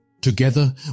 Together